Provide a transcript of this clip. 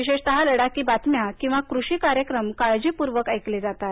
विशेषतः लडाखी बातम्या किंवा कृषी कार्यक्रम काळजीपूर्वक ऐकले जातात